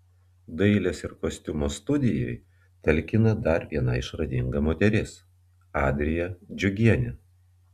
dailės ir kostiumo studijai talkina dar viena išradinga moteris adrija džiugienė